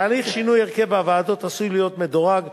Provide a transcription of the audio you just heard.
תהליך שינוי הרכב הוועדות עשוי להיות מדורג,